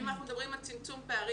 אם אנחנו מדברים על צמצום פערים,